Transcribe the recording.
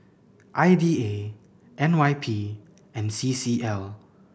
I D A N Y P and C C L